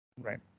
Right